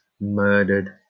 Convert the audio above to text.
murdered